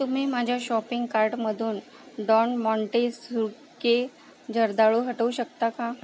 तुम्ही माझ्या शॉपिंग कार्टमधून डॉन माँटे सुक्के जर्दाळू हटवू शकता का